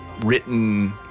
written